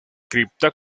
cripta